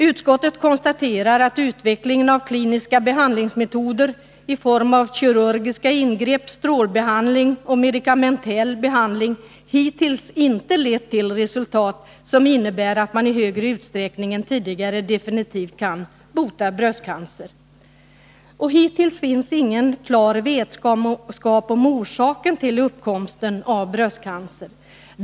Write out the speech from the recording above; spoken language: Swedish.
Utskottet konstaterar att utvecklingen av kliniska behandlingsmetoder — i form av kirurgiska ingrepp, strålbehandling och medikamentell behandling — hittills inte lett till resultat som innebär att man i större utsträckning än tidigare definitivt kan bota bröstcancer. Hittills finns inte heller någon klar vetskap om orsaken till uppkomsten av bröstcancer.